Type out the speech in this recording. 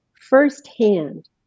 firsthand